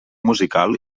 musical